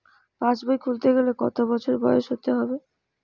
পাশবই খুলতে গেলে কত বছর বয়স হতে হবে?